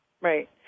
right